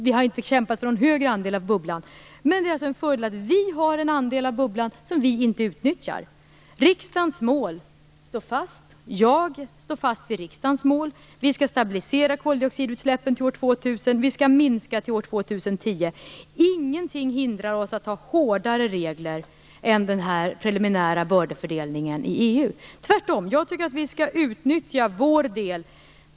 Vi har inte kämpat för en större andel av bubblan, men det är en fördel att vi har en andel av bubblan som vi inte utnyttjar. Riksdagens mål står fast. Jag står fast vid riksdagens mål. Vi skall stabilisera koldioxidutsläppen till år 2000. Vi skall minska dem till år 2010. Ingenting hindrar oss från att ha hårdare regler än den preliminära bördefördelningen i EU innebär, tvärtom. Jag tycker att vi skall utnyttja vår del.